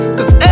Cause